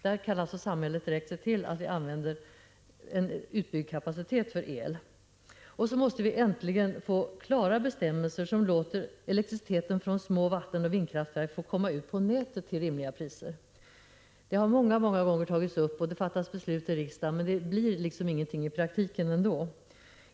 Där kan alltså samhället direkt se till att vi använder en utbyggd kapacitet för el. Och så måste vi äntligen få klara bestämmelser som låter elektriciteten från små vattenoch vindkraftverk komma ut på nätet till rimliga priser. Detta har många gånger tagits upp, och det har fattats beslut i riksdagen, men det blir liksom ingenting i praktiken.